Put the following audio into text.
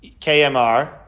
KMR